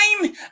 time